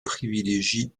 privilégie